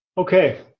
Okay